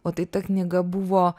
o tai ta knyga buvo